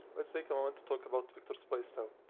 lets take a moment to talk about viktors playstyle,